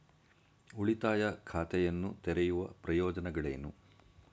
ಉಳಿತಾಯ ಖಾತೆಯನ್ನು ತೆರೆಯುವ ಪ್ರಯೋಜನಗಳೇನು?